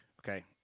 Okay